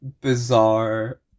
bizarre